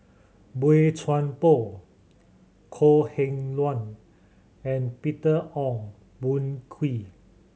Boey Chuan Poh Kok Heng Leun and Peter Ong Boon Kwee